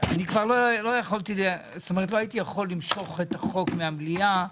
כבר לא הייתי יכול למשוך את החוק מהמליאה,